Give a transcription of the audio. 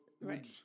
right